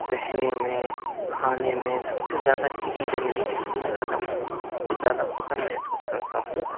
رہنے میں کھانے میں سب سے زیادہ اچھی چیزیں ملیں جس کو میں زیادہ بہت زیادہ فخر محسوس کرتا ہوں